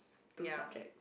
two subjects